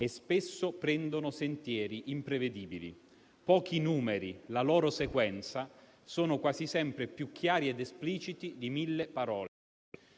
e spesso prendono sentieri imprevedibili. Pochi numeri e la loro sequenza sono quasi sempre più chiari ed espliciti di mille parole.